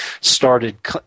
started –